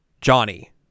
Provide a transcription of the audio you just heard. Johnny